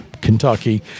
Kentucky